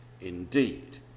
indeed